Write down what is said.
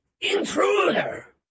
Intruder